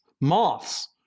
moths